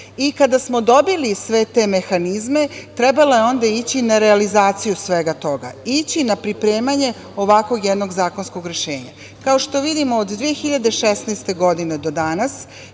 smo dobili sve te mehanizme, trebalo je onda ići na realizaciju svega toga, ići na pripremanje ovakvog jednog zakonskog rešenja. Kao što vidimo, od 2016. godine do danas